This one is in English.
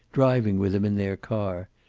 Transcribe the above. driving with him in their car,